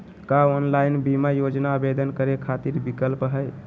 का ऑनलाइन बीमा योजना आवेदन करै खातिर विक्लप हई?